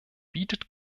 bietet